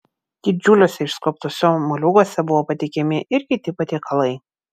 didžiuliuose išskobtuose moliūguose buvo pateikiami ir kiti patiekalai